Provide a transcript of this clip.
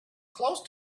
close